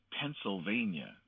Pennsylvania